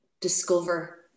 discover